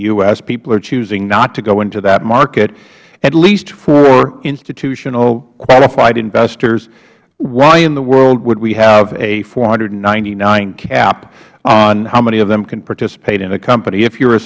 s people are choosing not to go into that market at least for institutional qualified investors why in the world would we have a four hundred and ninety nine cap on how many of them can participate in a company if you are a